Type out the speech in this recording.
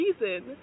reason